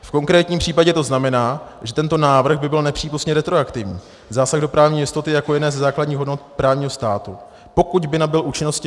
V konkrétním případě to znamená, že tento návrh by byl nepřípustně retroaktivní, zásah do právní jistoty jako jedné ze základních hodnot právního státu, pokud by nabyl účinnosti 1. 1. 2019.